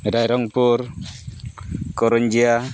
Rairangpur ᱠᱚᱨᱚᱱᱡᱤᱭᱟ